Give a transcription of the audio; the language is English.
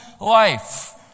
life